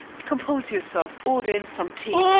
compose yourself, order in some tea,